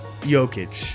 Jokic